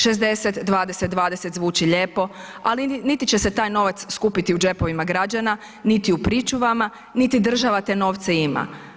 60, 20, 20 zvuči lijepo, ali niti će se taj novac skupiti u džepovima građana, niti u pričuvama, niti država te novce ima.